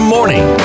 Morning